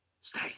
stay